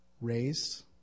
raised